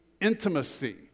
intimacy